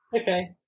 okay